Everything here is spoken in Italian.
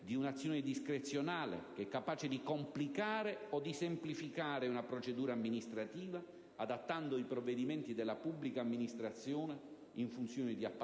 di un'azione discrezionale che è capace di complicare o di semplificare una procedura amministrativa, adattando i provvedimenti della pubblica amministrazione in funzione di appartenenze,